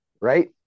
Right